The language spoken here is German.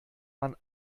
man